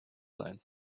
sein